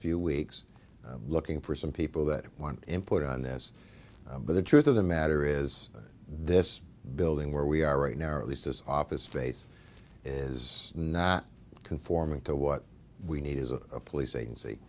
few weeks looking for some people that want input on this but the truth of the matter is this building where we are right now at least as office space is not conforming to what we need is a police agency